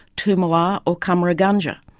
toomelah or cummeragunga.